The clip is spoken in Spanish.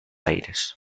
aires